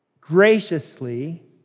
graciously